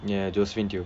ya josephine teo